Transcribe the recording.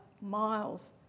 miles